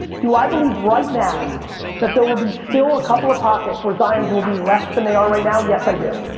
do i believe right now that there will be still a couple of pockets where zions will be less than they are right now? yes, i do.